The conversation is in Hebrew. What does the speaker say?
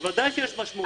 בוודאי שיש משמעות.